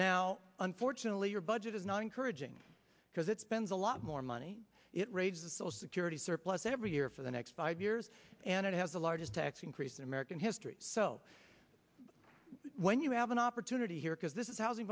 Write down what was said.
now unfortunately your budget is not encouraging because it spends a lot more money it raises the security surplus every year for the next five years and it has the largest tax increase in american history so when you have an opportunity here because this is how